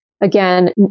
again